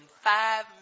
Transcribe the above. five